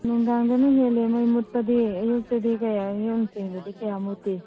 ꯅꯨꯡꯗꯥꯡꯗꯅ ꯍꯦꯜꯂꯦ ꯃꯩ ꯃꯨꯠꯄꯗꯤ ꯑꯌꯨꯛꯇꯗꯤ ꯀꯌꯥ ꯑꯌꯨꯛ ꯅꯨꯡꯊꯤꯟꯗꯗꯤ ꯀꯌꯥ ꯃꯨꯠꯇꯦ